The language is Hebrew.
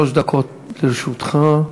שלוש דקות לרשותך.